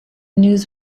news